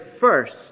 first